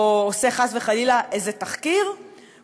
או עושה חס וחלילה איזה תחקיר,